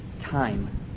Time